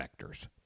vectors